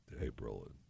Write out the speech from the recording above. April